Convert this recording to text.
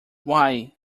why